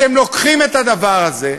אתם לוקחים את הדבר הזה,